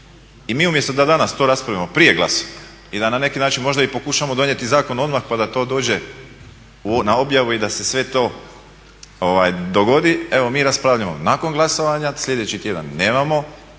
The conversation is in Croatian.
I mi umjesto da danas to raspravljamo prije glasovanja i da na neki način možda i pokušamo donijeti zakon odmah pa da to dođe na objavu i da se sve to dogodi, evo mi raspravljamo nakon glasovanja, sljedeći tjedan nemamo